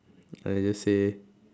I just say